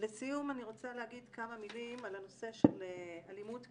לסיום אני רוצה להגיד כמה מילים על הנושא של אלימות כלכלית.